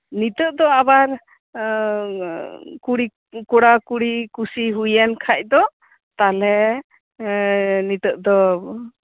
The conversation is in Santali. ᱱᱤᱛᱟᱹᱜ ᱫᱚ ᱟᱵᱟᱨ ᱠᱩᱲᱤ ᱠᱚᱲᱟ ᱠᱩᱲᱤ ᱠᱩᱥᱤ ᱦᱩᱭᱮᱱ ᱠᱷᱟᱡ ᱫᱚ ᱛᱟᱞᱦᱮ ᱱᱤᱛᱟᱹᱜ ᱫᱚ